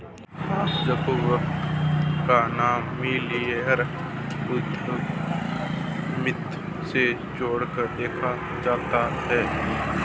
mark Zuckerberg का नाम millennial उद्यमिता से जोड़कर देखा जाता है